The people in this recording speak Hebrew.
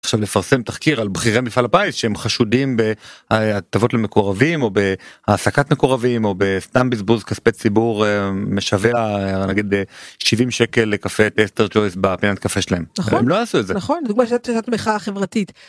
עכשיו לפרסם תחקיר על בכירי מפעל הפיס, שהם חשודים בהטבות למקורבים או בהעסקת מקורבים, או בסתם בזבוז כספי ציבור משווע 70 שקל לקפה טייסטרס צ'ויס בפינת קפה שלהם.